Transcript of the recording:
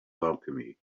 alchemy